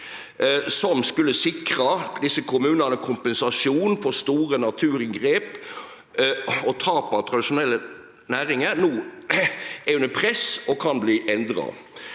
som skulle sikre desse kommunane kompensasjon for store naturinngrep og tap av tradisjonelle næringar, no er under press og kan bli endra.